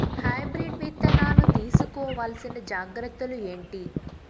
Hybrid విత్తనాలు తీసుకోవాల్సిన జాగ్రత్తలు ఏంటి?